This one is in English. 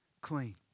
clean